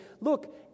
look